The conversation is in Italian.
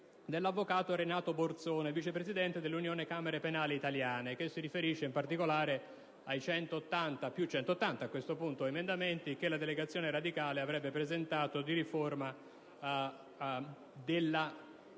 dell'avvocato Renato Borzone, vicepresidente dell'Unione camere penali italiane, che si riferisce in particolare ai 180 (più 180, a questo punto) emendamenti che la delegazione radicale avrebbe presentato di riforma della controriforma,